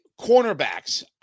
cornerbacks